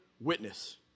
Witness